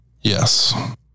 Yes